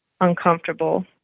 Uncomfortable